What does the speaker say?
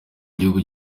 gihugu